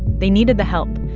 they needed the help.